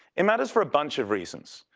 it matters for a bunch of reasons,